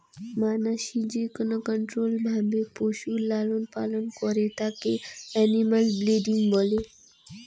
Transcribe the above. মানাসি যেকোন কন্ট্রোল্ড ভাবে পশুর লালন পালন করং তাকে এনিম্যাল ব্রিডিং বলে